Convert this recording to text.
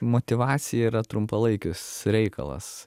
motyvacija yra trumpalaikis reikalas